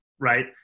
right